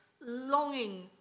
longing